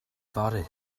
fory